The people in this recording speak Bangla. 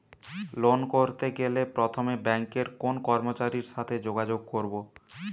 লোন করতে গেলে প্রথমে ব্যাঙ্কের কোন কর্মচারীর সাথে যোগাযোগ করব?